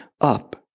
up